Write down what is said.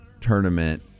tournament